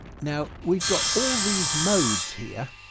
now we've got all these modes here,